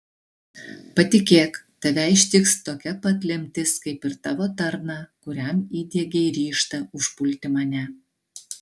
patikėk tave ištiks tokia pat lemtis kaip ir tavo tarną kuriam įdiegei ryžtą užpulti mane